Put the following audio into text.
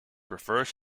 prefers